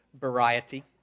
variety